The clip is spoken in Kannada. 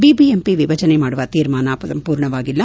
ಬಿಬಿಎಂಪಿ ವಿಭಜನೆ ಮಾಡುವ ಶೀರ್ಮಾನ ಸಂಪೂರ್ಣವಾಗಿಲ್ಲ